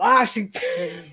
Washington